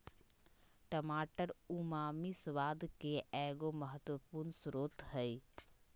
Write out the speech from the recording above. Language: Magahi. टमाटर उमामी स्वाद के एगो महत्वपूर्ण स्रोत हइ